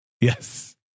yes